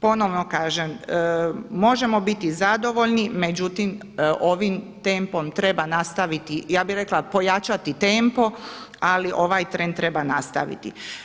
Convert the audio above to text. Ponovno kažem, možemo biti zadovoljni, međutim ovim tempom treba nastaviti, ja bih rekla pojačati tempo, ali ovaj trend trebamo nastaviti.